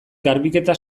garbiketa